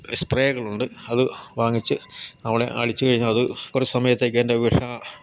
സ്പ്രേകളുണ്ട് അത് വാങ്ങിച്ച് അവിടെ അടിച്ചു കഴിഞ്ഞാൽ അത് കുറെ സമയത്തേക്കതിൻ്റെ വിഷം